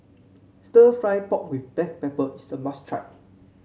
stir fry pork with Black Pepper is a must try